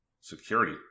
Security